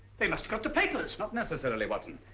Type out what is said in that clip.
they must got the papers! not necessarily, watson.